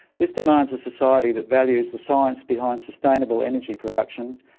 this demands a society that values the science behind sustainable energy production,